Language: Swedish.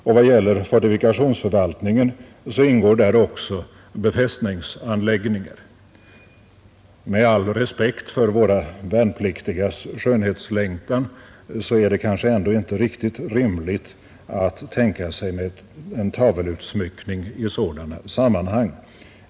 Och vad gäller fortifikationsförvaltningen så ingår där också befästningsanläggningar, och — med all respekt för våra värnpliktigas skönhetslängtan — det är kanske inte riktigt rimligt att tänka sig en tavelutsmyckning i sådana sammanhang.